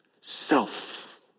Self